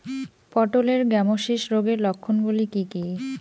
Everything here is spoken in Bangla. পটলের গ্যামোসিস রোগের লক্ষণগুলি কী কী?